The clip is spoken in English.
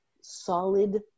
solid